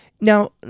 Now